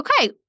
Okay